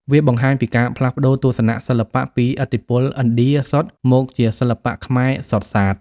វាបង្ហាញពីការផ្លាស់ប្តូរទស្សនៈសិល្បៈពីឥទ្ធិពលឥណ្ឌាសុទ្ធ មកជាសិល្បៈខ្មែរសុទ្ធសាធ។